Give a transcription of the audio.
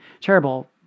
terrible